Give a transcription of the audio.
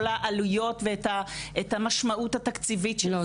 העלויות ואת המשמעות התקציבית של זה -- לא,